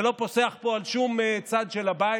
זה לא פוסח פה על שום צד של הבית.